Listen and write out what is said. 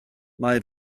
mae